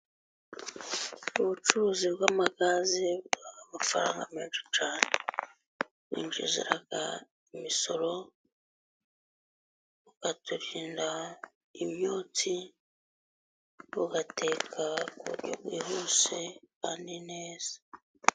Ubucuruzi bw'amagaze bubamo amafaranga menshi cyane. Bwinjiza imisoro bukaturinda imyotsi, bugateka ku buryo bwihuse kandi neza.